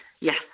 yes